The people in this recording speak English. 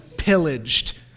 Pillaged